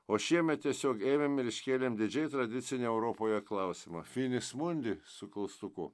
o šiemet tiesiog ėmėm ir iškėlėm didžiai tradicinį europoje klausimą finis mundi su klaustuku